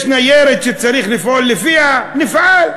יש ניירת שצריך לפעול לפיה, נפעל.